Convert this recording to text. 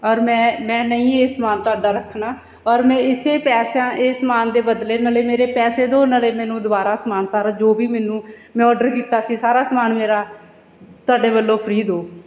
ਔਰ ਮੈਂ ਮੈਂ ਨਹੀਂ ਇਹ ਸਮਾਨ ਤੁਹਾਡਾ ਰੱਖਣਾ ਔਰ ਮੈਂ ਇਸ ਪੈਸਿਆਂ ਇਹ ਸਮਾਨ ਦੇ ਬਦਲੇ ਨਾਲੇ ਮੇਰੇ ਪੈਸੇ ਦੋ ਨਾਲੇ ਮੈਨੂੰ ਦੁਬਾਰਾ ਸਮਾਨ ਸਾਰਾ ਜੋ ਵੀ ਮੈਨੂੰ ਮੈਂ ਔਡਰ ਕੀਤਾ ਸੀ ਸਾਰਾ ਸਮਾਨ ਮੇਰਾ ਤੁਹਾਡੇ ਵੱਲੋਂ ਫਰੀ ਦਿਓ